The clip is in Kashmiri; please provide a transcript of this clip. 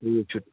ٹھیٖک چھُ